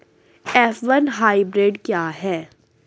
F one hybrid क्या है?